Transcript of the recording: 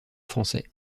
français